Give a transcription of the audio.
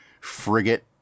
frigate